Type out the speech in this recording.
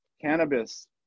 Cannabis